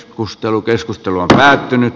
kustelu keskustelu on päättynyt